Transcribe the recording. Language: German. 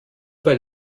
weil